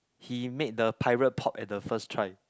he made the pirate pop at the first try